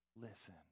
listen